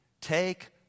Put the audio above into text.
Take